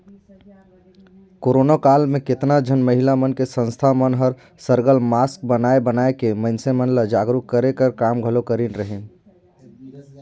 corona काल म केतनो झन महिला मन के संस्था मन हर सरलग मास्क बनाए बनाए के मइनसे मन ल जागरूक करे कर काम घलो करिन अहें